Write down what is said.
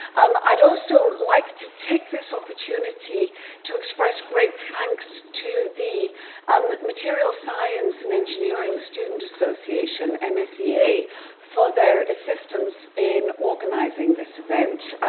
um i'd also like to take this opportunity to express great thanks to the and the material science and engineering student association, and msea, for their assistance in organizing this event.